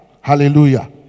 Hallelujah